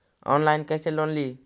Online कैसे loan ली?